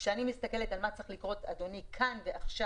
כשאני מסתכלת על מה צריך לקרות כאן ועכשיו